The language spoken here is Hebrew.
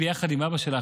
יחד עם אבא שלה,